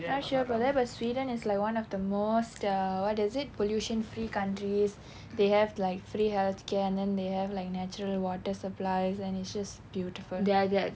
not sure about that but sweden is like one of the most ah what is it pollution free countries they have like free healthcare and then they have like natural water supplies and it's just beautiful